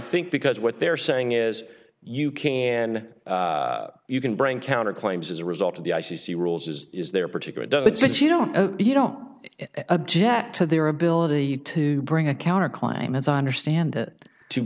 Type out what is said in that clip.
think because what they're saying is you can you can bring counter claims as a result of the i c c rules as is their particular does but since you don't you don't object to their ability to bring a counter climb as i understand it to